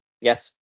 Yes